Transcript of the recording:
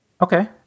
Okay